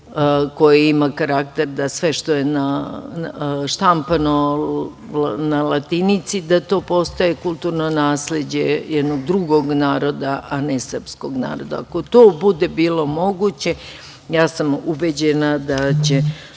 koji ima karakter da sve što je štampano na latinici, da to postaje kulturno nasleđe jednog drugog naroda, a ne srpskog naroda. Ako to bude bilo moguće, ja sam ubeđena da će